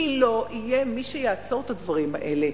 כי לא יהיה מי שיעצור את הדברים האלה.